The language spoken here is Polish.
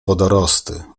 wodorosty